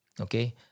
okay